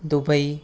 Dubai